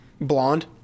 blonde